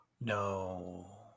No